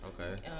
Okay